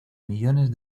millones